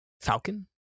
Falcon